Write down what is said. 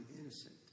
innocent